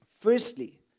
Firstly